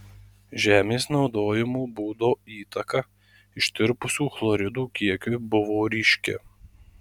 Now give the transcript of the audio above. žemės naudojimo būdo įtaka ištirpusių chloridų kiekiui buvo ryški